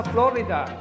Florida